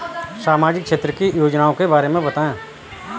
सामाजिक क्षेत्र की योजनाओं के बारे में बताएँ?